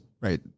Right